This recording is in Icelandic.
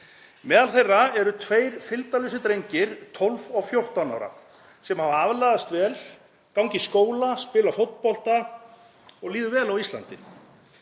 Meðal þeirra eru tveir fylgdarlausir drengir, 12 og 14 ára, sem hafa aðlagast vel, ganga í skóla, spila fótbolta og líður vel á Íslandi.